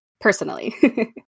personally